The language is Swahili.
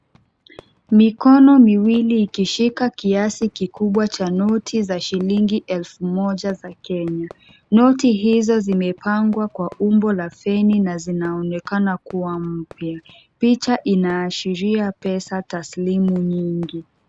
Mikono miwili ikishika kiasi kikubwa cha noti za shilingi elfu moja za Kenya. Noti hizo zimepangwa kwa umbo la feni na zinaonekana kuwa mpya. Picha inaashiria pesa taslimu nyingi.